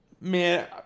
Man